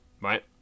right